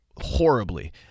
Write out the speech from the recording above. horribly